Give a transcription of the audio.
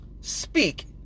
speak